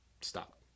Stop